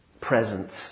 presence